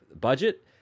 budget